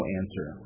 answer